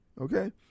okay